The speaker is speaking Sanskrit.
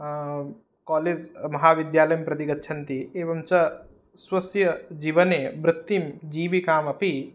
कालेज् महाविद्यालयं प्रति गच्छन्ति एवं च स्वस्य जीवने वृत्तिं जीविकामपि